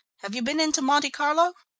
have you been into monte carlo?